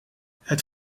het